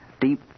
Deep